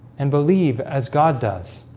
and believe as god does